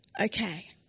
Okay